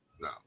No